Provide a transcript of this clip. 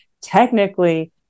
technically